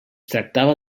tractava